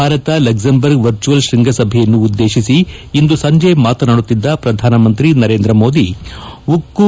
Bharat ಲಕ್ಷಂಬರ್ಗ್ virtual ಶ್ವಂಗಸಭೆಯನ್ನು ಉದ್ಲೇತಿಸಿ ಇಂದು ಸಂಜೆ ಮಾತನಾಡುತ್ತಿದ್ದ ಶ್ರಧಾನಮಂತ್ರಿ ನರೇಂದ್ರಮೋದಿ ಉಕ್ಕು